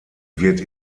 wird